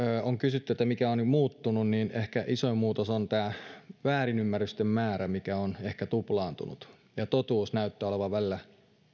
on kysytty mikä on muuttunut niin ehkä isoin muutos on tämä väärinymmärrysten määrä mikä on ehkä tuplaantunut ja totuus näyttää olevan välillä